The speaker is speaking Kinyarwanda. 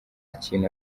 kintu